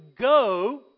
go